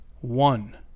one